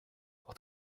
pour